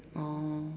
oh